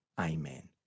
Amen